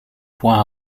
point